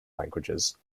languages